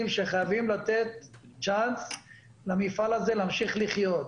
שחייבים לתת צ'אנס למפעל הזה להמשיך לחיות.